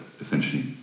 essentially